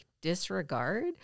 disregard